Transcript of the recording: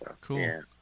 cool